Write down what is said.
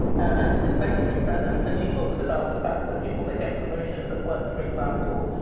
um and it's executive presence. and she talks about the fact that people that get promotions at work, for example,